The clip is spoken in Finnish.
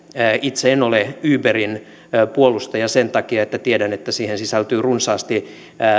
itse en ole uberin puolustaja sen takia että tiedän että siihen sisältyy runsaasti